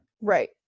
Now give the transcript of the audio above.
Right